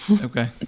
Okay